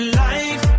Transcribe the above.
life